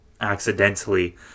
accidentally